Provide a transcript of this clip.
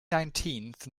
nineteenth